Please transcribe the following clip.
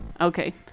Okay